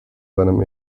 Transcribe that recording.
seinem